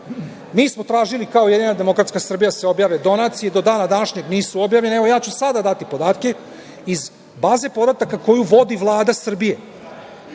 smo tražili kao Ujedinjena demokratska Srbija da se objave donacije. Do dana današnjeg nisu objavljene. Evo, ja ću sada dati podatke iz baze podataka koju vodi Vlada